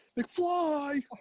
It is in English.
McFly